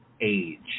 age